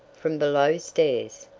from below stairs.